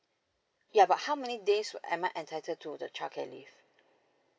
ya but how many days would I'm entitled to the child care leave